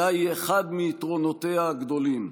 אלא היא אחד מיתרונותיה הגדולים.